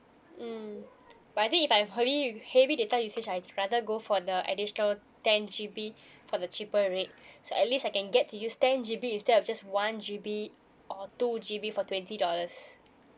mm but I think if I'm holly heavy data usage I just rather go for the additional ten G_B for the cheaper rate so at least I can get to use ten G_B instead of just one G_B or two G_B for twenty dollars